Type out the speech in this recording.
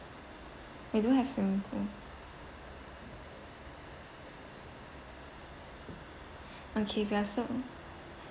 we do have swimming pool okay we are so